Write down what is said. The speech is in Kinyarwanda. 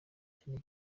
cyane